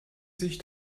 sich